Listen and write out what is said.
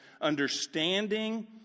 understanding